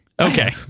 Okay